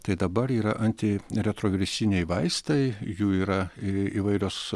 tai dabar yra antiretrogresiniai vaistai jų yra įvairios